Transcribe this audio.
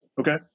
Okay